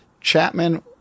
Chapman